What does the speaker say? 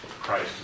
Christ